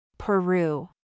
Peru